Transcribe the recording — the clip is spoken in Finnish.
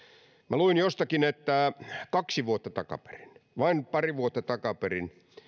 luin jostakin että kaksi vuotta takaperin vain pari vuotta takaperin